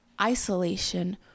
isolation